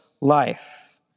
life